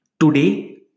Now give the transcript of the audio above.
today